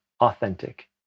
authentic